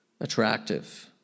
attractive